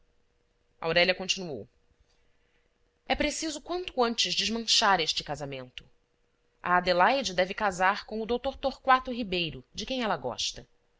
aurélia continuou é preciso quanto antes desmanchar este casamento a adelaide deve casar com o dr torquato ribeiro de quem ela gosta